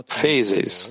phases